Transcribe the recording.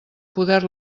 poder